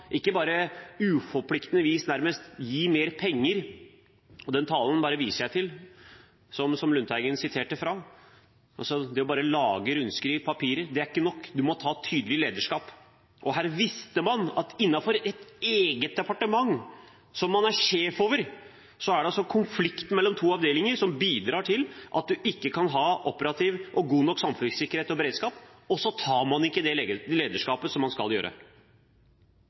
ikke bare nærmest på uforpliktende vis gi mer penger. Den talen som Lundteigen siterte fra, bare viser jeg til. Det er ikke nok bare å lage rundskriv og papirer. Man må ta tydelig lederskap. Her visste man at innenfor ens eget departement, som man er sjef over, er det en konflikt mellom to avdelinger som bidrar til at man ikke kan ha operativ og god nok samfunnssikkerhet og beredskap. Og så tar man ikke det lederskapet man skal